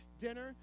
dinner